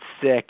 sick